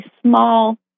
small